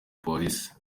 polisi